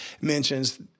mentions